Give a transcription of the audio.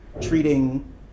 treating